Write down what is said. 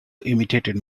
imitated